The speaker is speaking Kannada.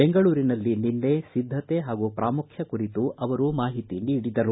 ಬೆಂಗಳೂರಿನಲ್ಲಿ ನಿನ್ನೆ ಸಿದ್ದತೆ ಹಾಗೂ ಪ್ರಾಮುಖ್ಯತೆ ಕುರಿತು ಅವರು ಮಾಹಿತಿ ನೀಡಿದರು